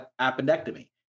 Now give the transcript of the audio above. appendectomy